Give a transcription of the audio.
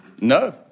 No